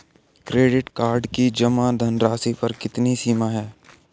Credit card की जमा धनराशि पर कितनी सीमा है?